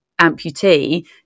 amputee